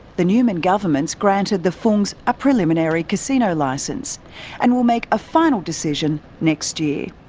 the newman government's granted the fungs a preliminary casino licence and will make a final decision next year.